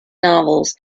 novels